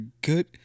good